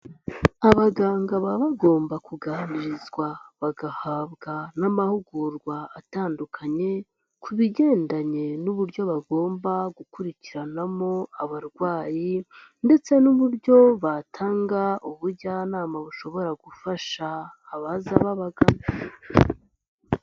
Abaganga baba bagomba kuganirizwa bagahabwa n'amahugurwa atandukanye, ku bigendanye n'uburyo bagomba gukurikiranamo abarwayi, ndetse n'uburyo batanga ubujyanama bushobora gufasha abaza babagana.